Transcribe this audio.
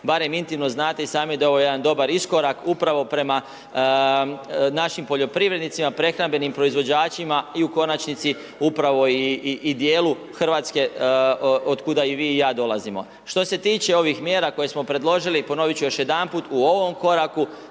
barem intimno znate i sami da je ovo jedan dobar iskorak upravo prema našim poljoprivrednicima, prehrambenim proizvođačima i u konačnici upravo i djelu Hrvatske od kuda i vi i ja dolazimo. Što se tiče ovih mjera koje smo predložili, ponovit ću još jedanput, u ovom koraku